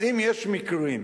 אז אם יש מקרים,